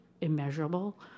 immeasurable